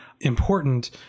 important